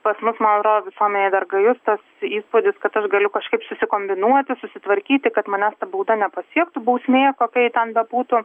pas mus man atrodo visuomenėje dar gajus tas įspūdis kad aš galiu kažkaip susikombinuoti susitvarkyti kad manęs ta bauda nepasiektų bausmė kokia ji ten bebūtų